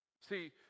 See